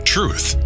Truth